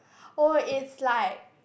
orh is like